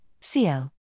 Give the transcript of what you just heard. Cl